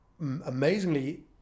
amazingly